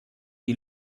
die